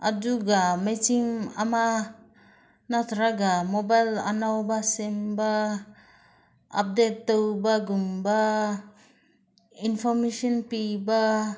ꯑꯗꯨꯒ ꯃꯦꯆꯤꯟ ꯑꯃ ꯅꯠꯇ꯭ꯔꯒ ꯃꯣꯕꯥꯏꯜ ꯑꯅꯧꯕ ꯁꯦꯝꯕ ꯎꯞꯗꯦꯠ ꯇꯧꯕꯒꯨꯝꯕ ꯏꯟꯐꯣꯔꯃꯦꯁꯟ ꯄꯤꯕ